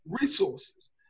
resources